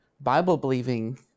Bible-believing